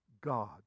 God